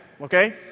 okay